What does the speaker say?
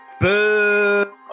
Boo